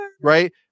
Right